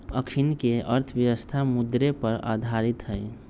अखनीके अर्थव्यवस्था मुद्रे पर आधारित हइ